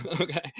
Okay